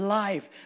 life